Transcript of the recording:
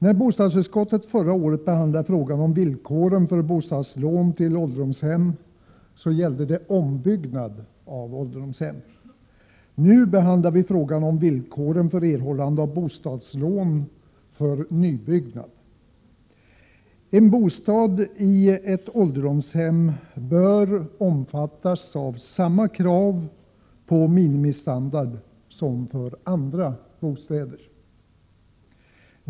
När bostadsutskottet förra året behandlade frågan om villkoren för bostadslån till ålderdomshem gällde det ombyggnad av ålderdomshem. Nu behandlar vi frågan om villkoren för erhållande av bostadslån för nybyggnad. En bostad i ett ålderdomshem bör omfattas av samma krav på minimistandard som gäller för andra bostäder.